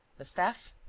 the staff?